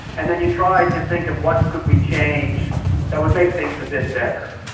and then you try to think of what could we change that would make things a bit better,